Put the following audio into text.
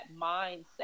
mindset